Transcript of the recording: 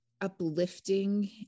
uplifting